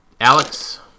Alex